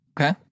okay